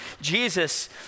Jesus